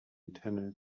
antenna